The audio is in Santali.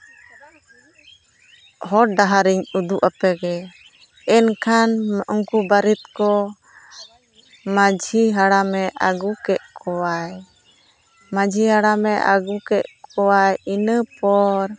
ᱦᱚᱨ ᱰᱟᱦᱟᱨᱮᱧ ᱩᱫᱩᱜ ᱟᱯᱮᱜᱮ ᱮᱱᱠᱷᱟᱱ ᱩᱱᱠᱩ ᱵᱟᱨᱮᱛ ᱠᱚ ᱢᱟᱹᱡᱷᱤ ᱦᱟᱲᱟᱢᱮᱭ ᱟᱜᱩ ᱠᱮᱜ ᱠᱚᱣᱟᱭ ᱢᱟᱹᱡᱷᱤ ᱦᱟᱲᱟᱢᱮ ᱟᱜᱩ ᱠᱮᱜ ᱠᱚᱣᱟᱭ ᱤᱱᱟᱹ ᱯᱚᱨ